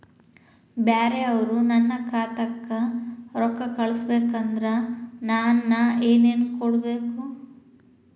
ಬ್ಯಾರೆ ಅವರು ನನ್ನ ಖಾತಾಕ್ಕ ರೊಕ್ಕಾ ಕಳಿಸಬೇಕು ಅಂದ್ರ ನನ್ನ ಏನೇನು ಕೊಡಬೇಕು?